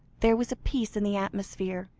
there was a peace in the atmosphere,